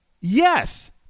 Yes